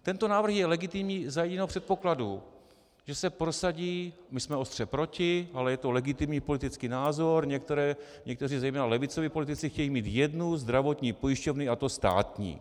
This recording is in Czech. Tento návrh je legitimní za jediného předpokladu, že se prosadí my jsme ostře proti, ale je to legitimní politický názor, někteří zejména levicoví politici chtějí mít jednu zdravotní pojišťovnu, a to státní.